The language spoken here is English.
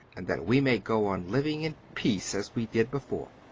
and that we may go on living in peace as we did before.